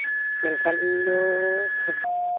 ᱢᱮᱱᱠᱷᱟᱱ ᱤᱧᱫᱚ